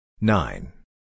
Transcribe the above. nine